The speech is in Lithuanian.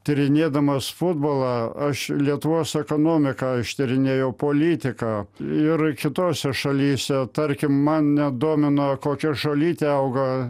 tyrinėdamas futbolą aš lietuvos ekonomiką ištyrinėjau politiką ir kitose šalyse tarkim mane domino kokia žolytė auga